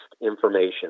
information